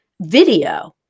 video